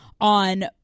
on